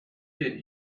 did